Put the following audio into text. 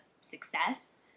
success